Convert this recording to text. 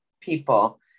people